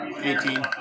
eighteen